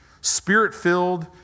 spirit-filled